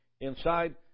inside